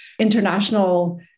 international